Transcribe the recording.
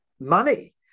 money